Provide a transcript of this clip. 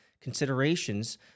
considerations